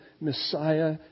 Messiah